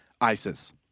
ISIS